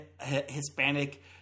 Hispanic